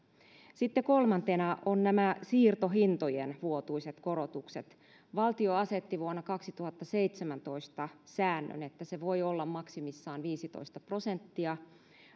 sitten kolmantena ovat nämä siirtohintojen vuotuiset korotukset valtio asetti vuonna kaksituhattaseitsemäntoista säännön että korotus voi olla maksimissaan viisitoista prosenttia